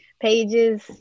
pages